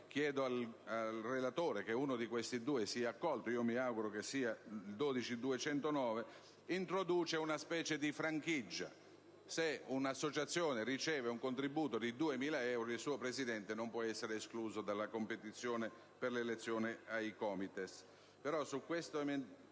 Chiedo al relatore che uno di questi due emendamenti sia accolto, e mi auguro che sia il 12.209, che introduce una specie di franchigia: se una associazione riceve un contributo di 2.000 euro, il suo Presidente non può essere escluso dalla competizione per l'elezione ai COMITES.